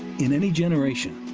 in any generation,